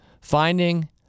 Finding